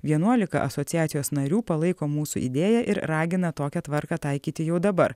vienuolika asociacijos narių palaiko mūsų idėją ir ragina tokią tvarką taikyti jau dabar